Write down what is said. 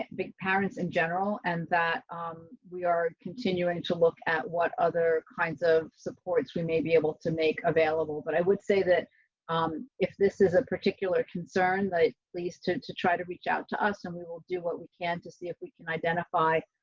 big parents in general, and that we are continuing to look at what other kinds of supports we may be able to make available. but i would say that um if this is a particular concern that please turn to try to reach out to us and we will do what we can to see if we can identify.